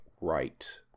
right